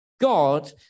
God